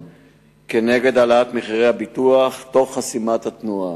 נגד העלאת מחירי הביטוח תוך חסימת התנועה.